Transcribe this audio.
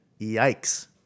yikes